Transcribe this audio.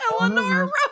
Eleanor